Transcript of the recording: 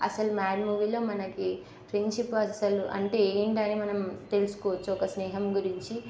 అస్సలు మ్యాడ్ మూవీలో మనకి ఫ్రెండ్షిప్ అసలు అంటే ఏంటని మనం తెలుసుకోవచ్చు ఒక స్నేహం గురించి